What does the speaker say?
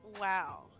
Wow